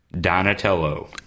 Donatello